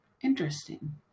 Interesting